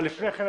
אבל לפני כן,